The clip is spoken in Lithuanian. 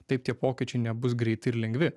tai tie pokyčiai nebus greiti ir lengvi